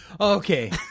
Okay